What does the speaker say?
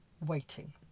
waiting